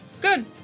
Good